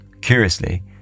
Curiously